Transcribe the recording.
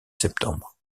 septembre